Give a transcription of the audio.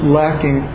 lacking